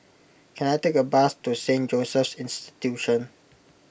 can I take a bus to Saint Joseph's Institution